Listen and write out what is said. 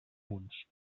punts